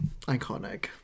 iconic